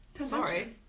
Sorry